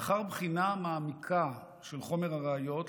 לאחר בחינה מעמיקה של חומר הראיות,